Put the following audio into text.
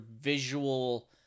visual